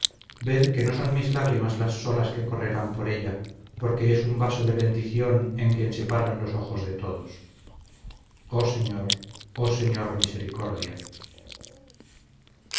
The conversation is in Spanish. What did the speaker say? ved que no son mis lágrimas las solas que correrán por ella porque es un vaso de bendición en quien se paran los ojos de todos oh señor oh señor misericordia